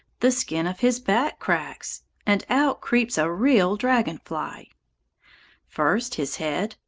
the skin of his back cracks, and out creeps a real dragon-fly. first his head,